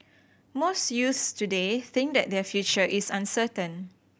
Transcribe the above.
most youths today think that their future is uncertain